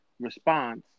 response